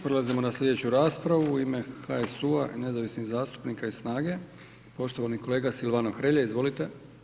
Prelazimo na sljedeću raspravu, u ime HSU-a i nezavisnih zastupnika i SNAGA-e, poštovani kolega Silvano Hrelja, izvolite.